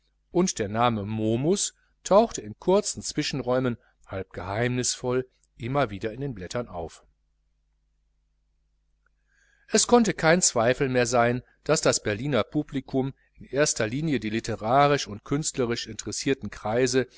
und der name momus tauchte in kurzen zwischenräumen halb geheimnisvoll immer wieder in den blättern auf es konnte kein zweifel mehr sein daß das berliner publikum in erster linie die literarisch und künstlerisch interessierten kreise